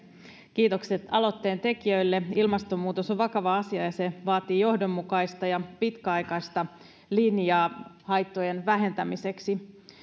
kiitokset aloitteen tekijöille ilmastonmuutos on vakava asia ja se vaatii johdonmukaista ja pitkäaikaista linjaa haittojen vähentämiseksi